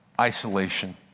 Isolation